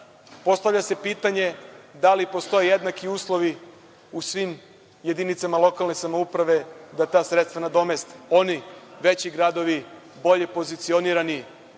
postavlja se pitanje, da li postoje jednaki uslovi u svim jedinicama lokalne samouprave da ta sredstva nadomeste. Oni veći gradovi, bolje pozicionirani,